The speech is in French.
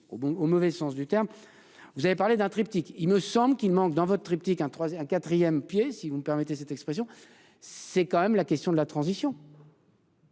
au mauvais sens du terme. Vous avez parlé d'un triptyque, il me semble qu'il manque dans votre triptyque un, trois et un 4ème pieds si vous me permettez cette expression. C'est quand même la question de la transition.